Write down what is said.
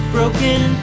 Broken